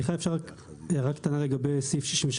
אפשר הערה קטנה לגבי סעיף 63?